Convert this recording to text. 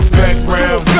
background